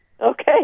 Okay